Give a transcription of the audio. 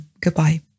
Goodbye